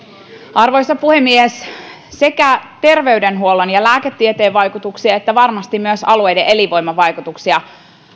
arvoisa puhemies sekä terveydenhuollon ja lääketieteen vaikutuksia että varmasti myös alueiden elinvoimavaikutuksia